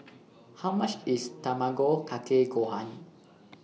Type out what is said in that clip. How much IS Tamago Kake Gohan